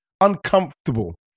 uncomfortable